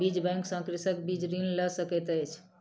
बीज बैंक सॅ कृषक बीज ऋण लय सकैत अछि